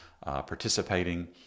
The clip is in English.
Participating